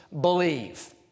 believe